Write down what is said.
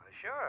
Sure